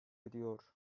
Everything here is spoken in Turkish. ediyor